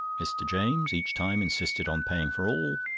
mr. james each time insisted on paying for all,